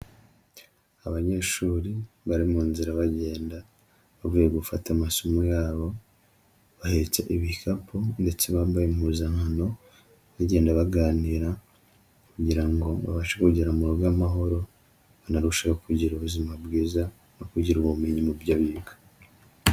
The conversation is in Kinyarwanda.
Abanyeshuri bari mu nzira bagenda, bavuye gufata amasomo yabo, bahetse ibikapu ndetse bambaye impuzankano, bagenda baganira, kugira ngo babashe kugera mu rugo amahoro, banarusheho kugira ubuzima bwiza, no kugira ubumenyi mu byo biga.